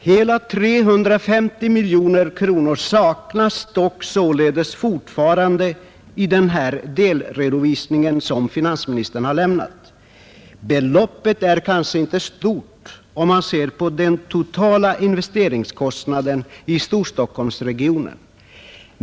Hela 350 miljoner kronor saknas dock fortfarande i den här delredovisningen som finansministern har lämnat. Beloppet är kanske inte stort om man ser på den totala investeringskostnaden i Storstockholmsregionen.